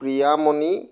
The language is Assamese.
প্ৰিয়ামণি